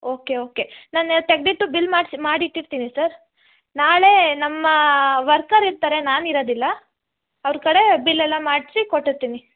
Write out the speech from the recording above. okay okay ನಾನು ತೆಗೆದಿಟ್ಟು bill ಮಾಡಿಸಿ ಮಾಡಿ ಇಟ್ಟಿರ್ತೀನಿ ಸರ್ ನಾಳೆ ನಮ್ಮ ವರ್ಕರ್ ಇರ್ತಾರೆ ನಾನು ಇರೋದಿಲ್ಲ ಅವ್ರ ಕಡೆ ಬಿಲೆಲ್ಲ ಮಾಡಿಸಿ ಕೊಟ್ಟಿರ್ತೀನಿ